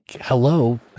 hello